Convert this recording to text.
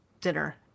dinner